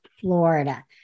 Florida